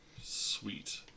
Sweet